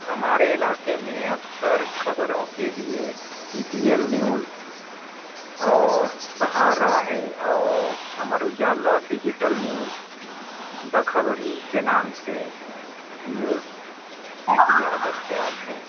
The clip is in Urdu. ہمارے علاقے میں اکثر خبروں کے لئے ای پی ایل نیوز اور سہارا ہے اور Amar Ujala digital news the Khabri کے نام سے نیوز میڈیا دستیاب ہیں